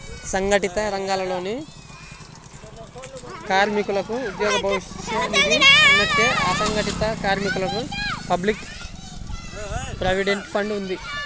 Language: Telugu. సంఘటిత రంగాలలోని కార్మికులకు ఉద్యోగ భవిష్య నిధి ఉన్నట్టే, అసంఘటిత కార్మికులకు పబ్లిక్ ప్రావిడెంట్ ఫండ్ ఉంది